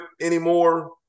anymore